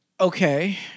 Okay